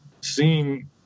seeing